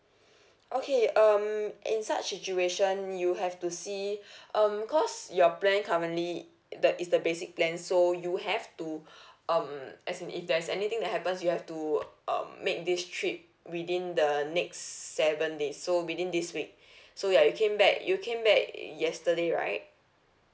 okay um in such situation you have to see um because your plan currently the is the basic plan so you have to um as in if there's anything that happens you have to um make this trip within the next seven days so within this week so ya you came back you came back yesterday right